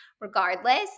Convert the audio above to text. Regardless